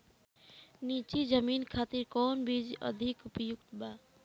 नीची जमीन खातिर कौन बीज अधिक उपयुक्त बा?